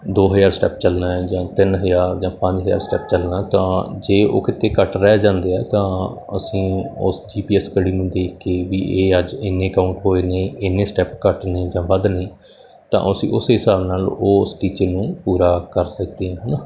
ਦੋ ਹਜ਼ਾਰ ਸਟੈੱਪ ਚੱਲਣਾ ਹੈ ਜਾਂ ਤਿੰਨ ਹਜ਼ਾਰ ਜਾਂ ਪੰਜ ਹਜ਼ਾਰ ਸਟੈੱਪ ਚੱਲਣਾ ਤਾਂ ਜੇ ਉਹ ਕਿਤੇ ਘੱਟ ਰਹਿ ਜਾਂਦੇ ਆ ਤਾਂ ਅਸੀਂ ਉਸ ਜੀ ਪੀ ਇਸ ਘੜੀ ਨੂੰ ਦੇਖ ਕੇ ਵੀ ਇਹ ਅੱਜ ਇੰਨੇ ਕਾਊਂਟ ਹੋਏ ਨੇ ਇੰਨੇ ਸਟੈੱਪ ਘੱਟ ਨੇ ਜਾਂ ਵੱਧ ਨੇ ਤਾਂ ਅਸੀਂ ਉਸੇ ਹਿਸਾਬ ਨਾਲ ਉਸ ਟੀਚੇ ਨੂੰ ਪੂਰਾ ਕਰ ਸਕਦੇ ਹੈ ਨਾ